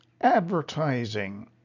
advertising